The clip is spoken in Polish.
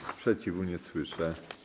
Sprzeciwu nie słyszę.